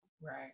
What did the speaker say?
right